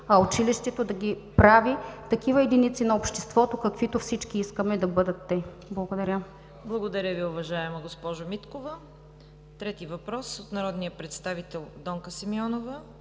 а училището да ги прави такива единици на обществото, каквито всички искаме да бъдат те. Благодаря. ПРЕДСЕДАТЕЛ ЦВЕТА КАРАЯНЧЕВА: Благодаря Ви, уважаема госпожо Миткова. Трети въпрос от народните представители Донка Симеонова,